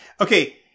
Okay